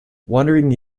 wandering